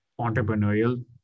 entrepreneurial